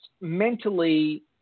mentally